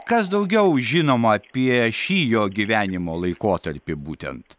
kas daugiau žinoma apie šį jo gyvenimo laikotarpį būtent